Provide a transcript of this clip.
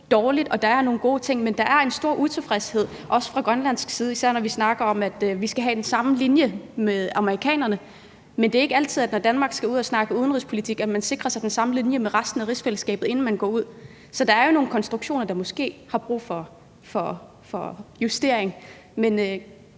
dårligt, og der er nogle gode ting ved det. Men der er en stor utilfredshed, også fra grønlandsk side, især når vi snakker om, at vi skal have den samme linje i forhold til amerikanerne, men det er ikke altid, at Danmark, når man skal ud og snakke udenrigspolitik, sikrer sig den samme linje som resten af rigsfællesskabet, inden man går ud udenrigspolitisk. Så der er jo nogle konstruktioner, der måske har brug for justering. Men